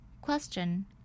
Question